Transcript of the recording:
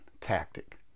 tactic